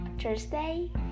Thursday